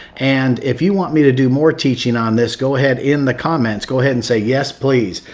and if you want me to do more teaching on this, go ahead in the comments. go ahead and say, yes, please.